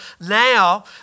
now